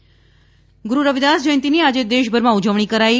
રવિદાસ જયંતી ગુરૂ રવિદાસ જયંતીની આજે દેશભરમાં ઉજવણી કરાઇ